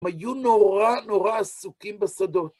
היו נורא נורא עסוקים בשדות.